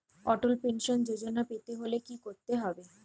অটল pension Yojana পেতে হলে কি করতে হবে?